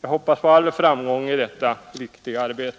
Jag hoppas på all framgång i detta viktiga arbete.